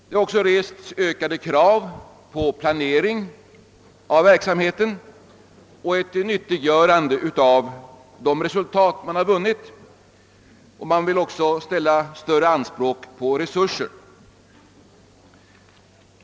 Det har också rests ökade krav på planering av verksamheten och ett nyttiggörande av uppnådda resultat liksom på större resurser för arbetet.